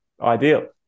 ideal